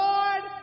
Lord